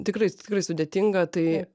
tikrai tikrai sudėtinga tai